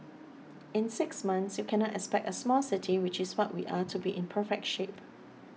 in six months you cannot expect a small city which is what we are to be in perfect shape